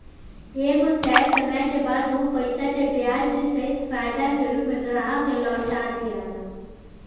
एगो तय समय के बाद उ पईसा के ब्याज के सहित फायदा के रूप में ग्राहक के लौटा दियाला